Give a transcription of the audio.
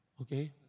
okay